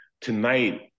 Tonight